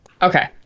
Okay